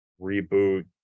reboot